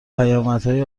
پیامدهای